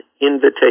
invitation